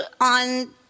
on